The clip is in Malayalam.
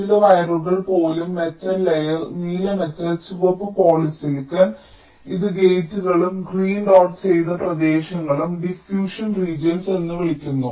ചില വയറുകൾ പോലും മെറ്റൽ ലെയർ നീല മെറ്റൽ ചുവപ്പ് പോളിസിലിക്കൺ ഇത് ഗേറ്റുകളും ഗ്രീൻ ഡോട്ട് ചെയ്ത പ്രദേശങ്ങളും ഡിഫ്യൂഷൻ റീജിയൻസ് എന്ന് വിളിക്കുന്നു